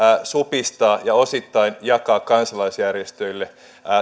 supistaa ja osittain jakaa kansalaisjärjestöille